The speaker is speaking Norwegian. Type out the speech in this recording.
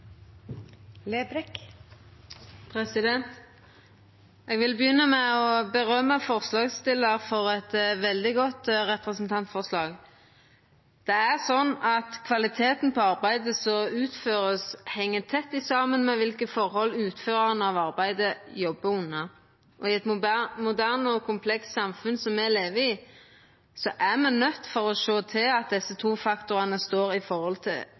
Eg vil begynna med å gje forslagsstillaren ros for eit veldig godt representantforslag. Det er slik at kvaliteten på arbeidet som vert utført, heng tett saman med kva forhold den som utfører arbeidet, jobbar under, og i eit moderne og komplekst samfunn som me lever i, er me nøydde til å sjå til at desse to faktorane står i forhold til